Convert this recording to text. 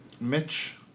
Mitch